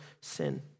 sin